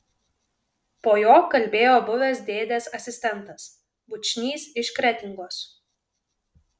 po jo kalbėjo buvęs dėdės asistentas bučnys iš kretingos